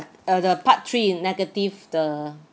uh the part three negative the